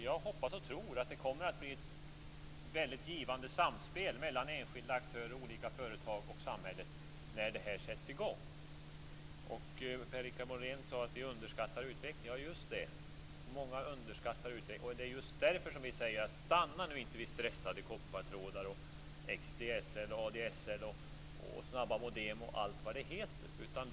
Jag hoppas och tror att det kommer att bli ett väldigt givande samspel mellan enskilda aktörer, olika företag och samhället när det här sätts i gång. Per-Richard Molén sade att vi underskattar utvecklingen. Ja just det, många underskattar utvecklingen. Det är just därför vi säger: Stanna nu inte vid stressade koppartrådar, XDSL, ADSL, snabba modem och allt vad det heter.